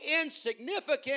insignificant